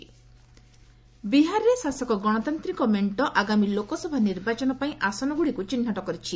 Bihar NDA ବିହାରରେ ଶାସକ ଗଣତାନ୍ତିକ ମେଣ୍ଟ ଆଗାମୀ ଲୋକସଭା ନିର୍ବାଚନ ପାଇଁ ଆସନଗୁଡ଼ିକୁ ଚିହ୍ନଟ କରିଛି